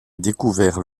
découvert